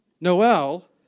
Noel